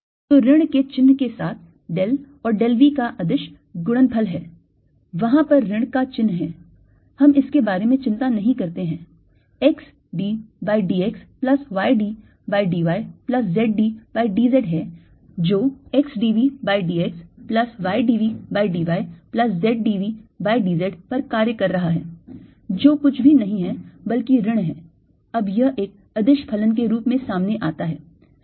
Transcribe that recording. तो ऋण के चिन्ह के साथ del और del V का अदिश गुणनफल है वहां पर ऋण का चिन्ह है हम इसके बारे में चिंता नहीं करते हैं - x d by dx plus y d by dy plus z d by dz है जो x dV by dx plus y dV by dy plus z dV by dz पर कार्य कर रहा है जो कुछ भी नहीं है बल्कि ऋण है अब यह एक अदिश फलन के रूप में सामने आता है